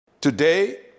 Today